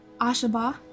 Ashaba